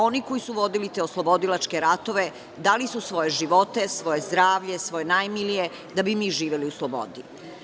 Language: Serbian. Oni koji su vodili te oslobodilačke ratove, dali su svoje živote, svoje zdravlje, svoje najmilije, da bismo mi živeli u slobodi.